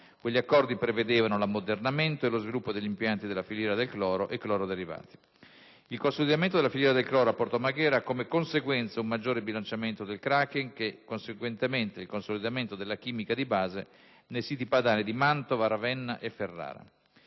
quegli accordi prevedevano l'ammodernamento e lo sviluppo degli impianti della filiera del cloro e cloroderivati. Il consolidamento della filiera del cloro a Porto Marghera ha, come conseguenza, un maggiore bilanciamento del *cracking* e, conseguentemente, il consolidamento della chimica di base nei siti padani di Mantova, Ravenna e Ferrara.